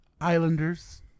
Islanders